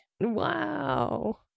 wow